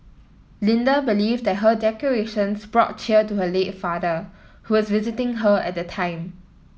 Linda believed that her decorations brought cheer to her late father who was visiting her at the time